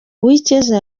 uwicyeza